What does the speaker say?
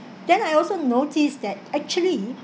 then I also noticed that actually